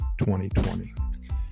2020